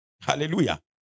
Hallelujah